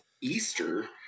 Easter